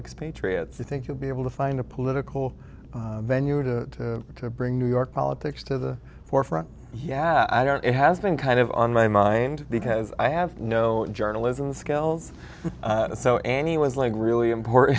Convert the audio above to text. expatriates i think you'll be able to find a political venue to to bring new york politics to the forefront yeah i don't it has been kind of on my mind because i have no journalism skills so annie was like really important